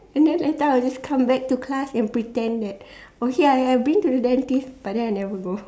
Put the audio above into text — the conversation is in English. and then later I will just come back to class and pretend that okay I I been to the dentist but then I never go